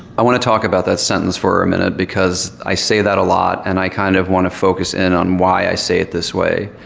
i want to talk about that sentence for a minute because i say that a lot and i kind of want to focus in on why i say it this way.